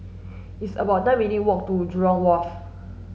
it's about nine minutes' walk to Jurong Wharf